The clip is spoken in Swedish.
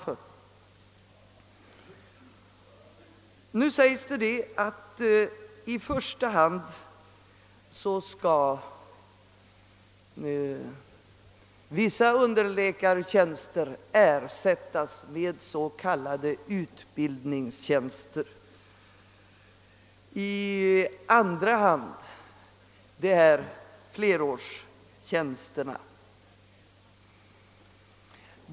Det föreslås nu att i första hand vissa underläkartjänster skall ersättas med s.k. utbildningstjänster. I andra hand skall flerårstjänster ersättas.